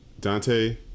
Dante